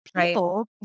people